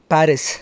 Paris